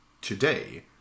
today